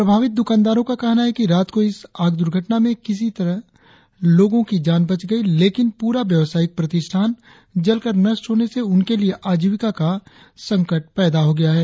प्रभावित दुकानदारों का कहना है कि रात को इस आग दुर्घटना में किसी तरह लोगों की जान बच गई लेकिन प्ररा व्यवसायिक प्रतिष्ठान जलकर नष्ट होने से उनके लिए आजीविका का संकट पैदा हो गया है